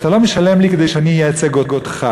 אתה לא משלם לי כדי שאני אייצג אותך.